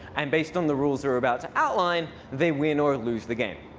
and based on the rules we're about to outline, they win or lose the game.